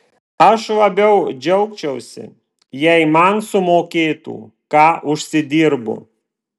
aš labiau džiaugčiausi jei man sumokėtų ką užsidirbu